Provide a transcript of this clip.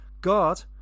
God